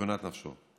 בתכונת נפשו.